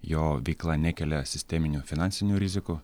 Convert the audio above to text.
jo veikla nekelia sisteminių finansinių rizikų